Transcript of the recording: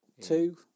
Two